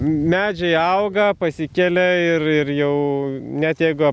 medžiai auga pasikelia ir ir jau net jeigu